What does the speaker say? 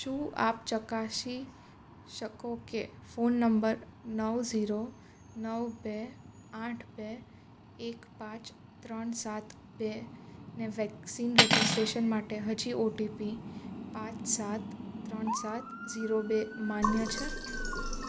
શું આપ ચકાસી શકો કે ફોન નંબર નવ ઝીરો નવ બે આઠ બે એક પાંચ ત્રણ સાત બેને વેક્સિન રજિસ્ટ્રેશન માટે હજી ઓટીપી પાંચ સાત ત્રણ સાત ઝીરો બે માન્ય છે